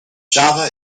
java